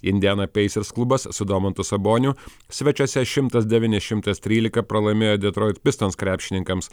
indijana peisers klubas su domantu saboniu svečiuose šimtas devyni šimtas trylika pralaimėjo detroit pistons krepšininkams